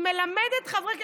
היא מלמדת חברי כנסת.